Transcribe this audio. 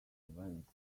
events